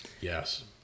Yes